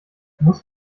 muss